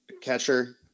catcher